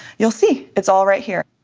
you'll see it's all right here.